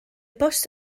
bws